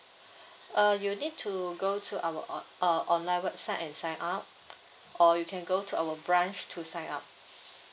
uh you will need to go to our on uh online website and sign up or you can go to our branch to sign up